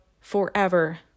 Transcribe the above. forever